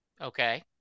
Okay